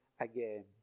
again